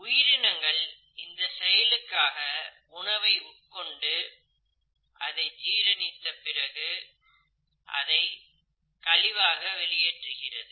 உயிரினங்கள் இந்த செயலுக்காக உணவை உட்கொண்டு அதை ஜீரணித்து பிறகு அதை கழிவாக வெளியேற்றுகிறது